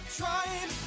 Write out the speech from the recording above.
trying